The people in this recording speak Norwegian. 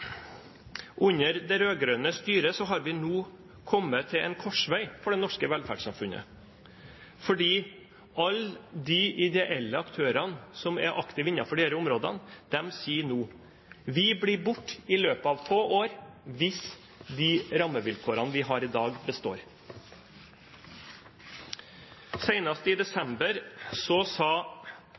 Under det rød-grønne styret har vi nå kommet til en korsvei for det norske velferdssamfunnet, fordi alle de ideelle aktørene som er aktive innenfor disse områdene, sier nå at de blir borte i løpet av få år hvis de rammevilkårene de har i dag, består. Senest i desember,